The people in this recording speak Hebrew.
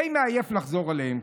די מעייף לחזור עליהם.